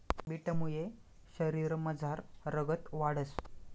बीटमुये शरीरमझार रगत वाढंस